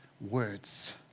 words